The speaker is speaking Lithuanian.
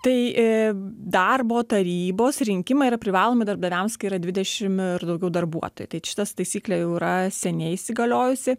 tai darbo tarybos rinkimai yra privalomi darbdaviams kai yra dvidešimt ir daugiau darbuotojų tai šitas taisyklė jau yra seniai įsigaliojusi